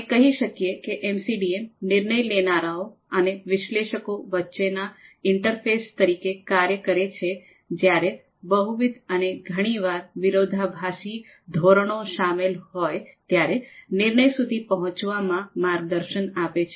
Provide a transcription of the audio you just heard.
અમે કહી શકીએ કે એમસીડીએમ નિર્ણય લેનારાઓ અને વિશ્લેષકો વચ્ચેના ઇન્ટરફેસ તરીકે કાર્ય કરે છે જ્યારે બહુવિધ અને ઘણીવાર વિરોધાભાસી ધોરણો શામેલ હોય ત્યારે નિર્ણય સુધી પહોંચવામાં માર્ગદર્શન આપે છે